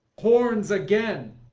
horns again!